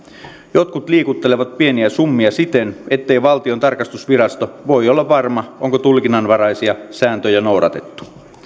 jotkut liikuttelevat pieniä summia siten ettei valtion tarkastusvirasto voi olla varma onko tulkinnanvaraisia sääntöjä noudatettu